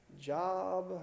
job